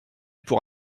pour